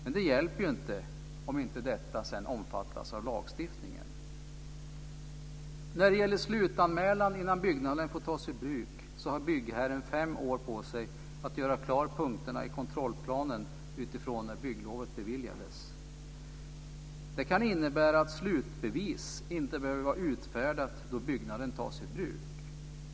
Men det hjälper inte om inte detta sedan omfattas av lagstiftningen. När det gäller slutanmälan innan byggnaden får tas i bruk har byggherren fem år på sig att göra klart punkterna i kontrollplanen utifrån när bygglovet beviljades. Det kan innebära att slutbevis inte behöver vara utfärdat då byggnaden tas i bruk.